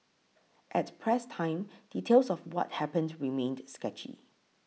at press time details of what happened remained sketchy